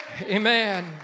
Amen